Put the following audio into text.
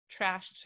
trashed